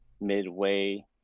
midway